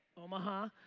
omaha,